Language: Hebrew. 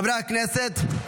חברי הכנסת,